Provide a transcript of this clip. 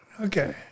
Okay